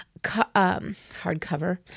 hardcover